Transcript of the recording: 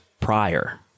prior